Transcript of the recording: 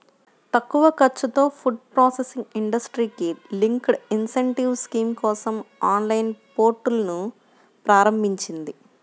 తక్కువ ఖర్చుతో food processing ఇండస్ట్రీకి లింక్డ్ ఇన్సెంటివ్ స్కీమ్ కోసం ఆన్లైన్ పోర్టల్ను ప్రారంభించింది